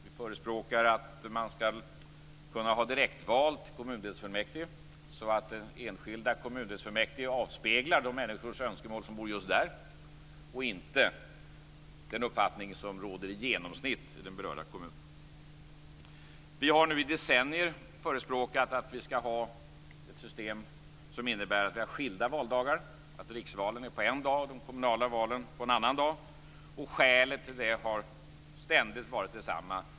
Vi förespråkar att man skall kunna ha direktval till kommundelsfullmäktige, så att varje enskild kommundelsfullmäktige avspeglar önskemålen från de människor som bor just där och inte den uppfattning som råder i genomsnitt i den berörda kommunen. Vi har i decennier förespråkat att vi skall ha ett system som innebär att vi har skilda valdagar, att riksvalen är en dag och att de kommunala valen är en annan dag. Skälet har ständigt varit detsamma.